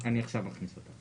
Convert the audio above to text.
אני אומר שהנושא הזה